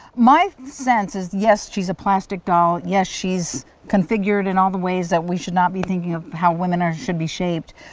my sense is, yes, she's a plastic doll. yes, she's configured in all the ways that we should not be thinking of how women are should be shaped.